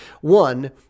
One